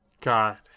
God